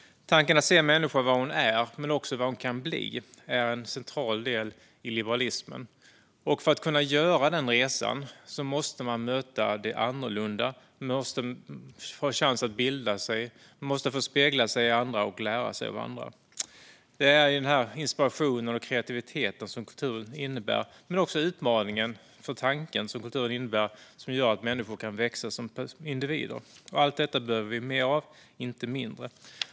Tanken att se människan för vad hon är och även för vad hon kan bli är en central del i liberalismen. För att kunna göra den resan måste man möta det annorlunda, ha en chans att bilda sig, få spegla sig i andra och lära sig av andra. Kulturen innebär inspiration, kreativitet och en utmaning för tanken, vilket gör att människor kan växa som individer. Allt detta behöver vi mer av, inte mindre.